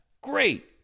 Great